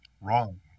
Wrong